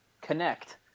connect